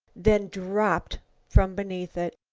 then dropped from beneath it.